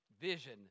vision